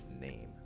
name